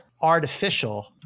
artificial